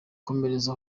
komereza